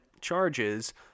charges